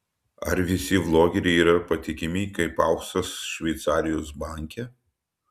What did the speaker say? ar visi vlogeriai yra patikimi kaip auksas šveicarijos banke